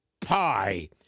pie